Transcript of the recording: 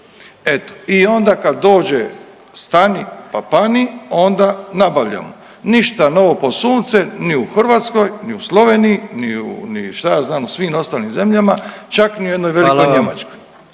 i onda kad dođe stani pa pani onda nabavljamo. Ništa novo pod suncem, ni u Hrvatskoj, ni u Sloveniji, ni u ni šta ja znam u svim ostalim zemljama, čak ni u jednoj velikoj …/Upadica: